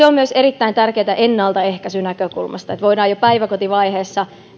on myös erittäin tärkeää ennaltaehkäisynäkökulmasta että voidaan jo päiväkotivaiheessa